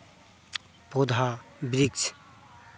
पौधा वृक्ष